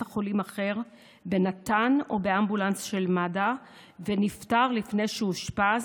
חולים אחר בנט"ן או באמבולנס של מד"א ונפטר לפני שאושפז.